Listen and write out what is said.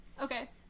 Okay